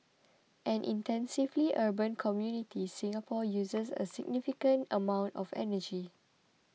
an intensively urban community Singapore uses a significant amount of energy